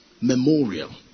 Memorial